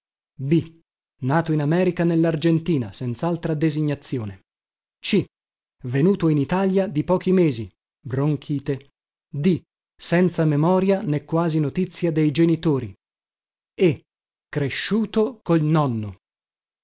b nato in america nellargentina senzaltra designazione c venuto in italia di pochi mesi bronchite d senza memoria né quasi notizia dei genitori e cresciuto col nonno